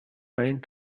running